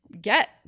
get